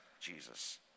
Jesus